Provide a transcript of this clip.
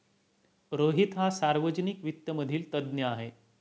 रोहित हा सार्वजनिक वित्त मधील तज्ञ आहे